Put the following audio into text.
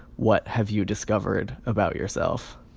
what have you discovered about yourself?